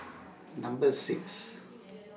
Number six